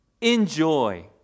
Enjoy